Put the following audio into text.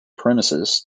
premises